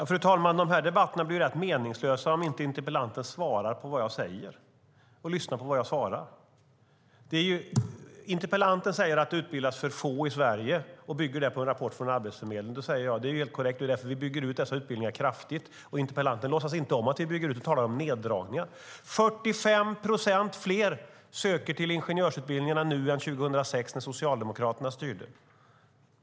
Fru talman! Dessa debatter blir rätt meningslösa om interpellanten inte svarar på det som jag säger och lyssnar på vad jag svarar. Interpellanten säger att det utbildas för få i Sverige och bygger det på en rapport från Arbetsförmedlingen. Då säger jag att det är helt korrekt och att det är därför som vi bygger ut dessa utbildningar kraftigt. Men interpellanten låtsas inte om att vi bygger ut. Hon talar om neddragningar. 45 procent fler söker till ingenjörsutbildningarna nu än 2006 när Socialdemokraterna styrde.